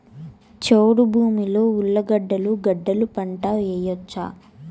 చౌడు భూమిలో ఉర్లగడ్డలు గడ్డలు పంట వేయచ్చా?